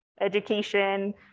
education